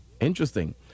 Interesting